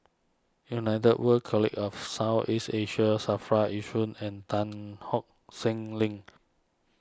United World College of South East Asia Safra Yishun and Tan hock Seng Link